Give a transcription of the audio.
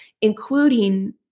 including